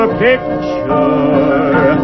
picture